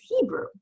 Hebrew